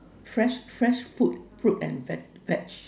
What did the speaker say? fresh fresh food fruit and veg~ vege~